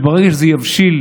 וברגע שזה יבשיל